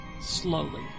slowly